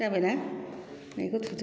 जाबायना नैबेखौ थुदो